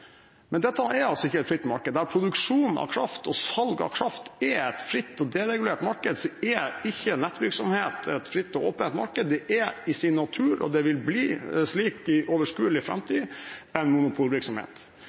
Men dette er altså ikke et fritt marked. Der produksjon av kraft og salg av kraft er et fritt og deregulert marked, så er ikke nettvirksomhet et fritt og åpent marked. Det er i sin natur – og det vil det forbli i overskuelig